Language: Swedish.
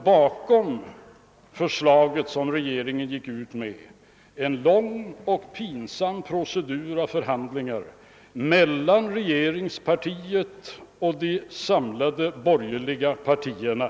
Bakom det förslag som regeringen sick ut med låg en lång och pinsam procedur med förhandlingar mellan regeringspartiet och de samlade borgerliga partierna.